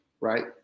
right